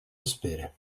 espera